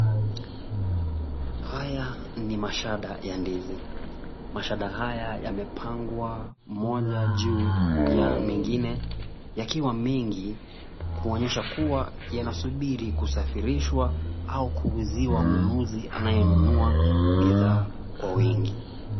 Haya ni mashada ya ndizi. Mashada haya yamepangwa moja juu ya nyingine yakiwa mengi, kuonyesha kuwa yanasubiri kusafirishwa au kuuziwa mnunuzi anayenunua bidhaa kwa wingi.